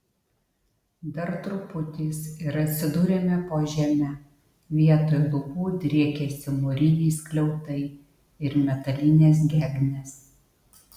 dar truputis ir atsidūrėme po žeme vietoj lubų driekėsi mūriniai skliautai ir metalinės gegnės